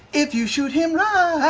if you shoot him right,